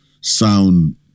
sound